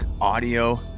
audio